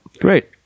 Great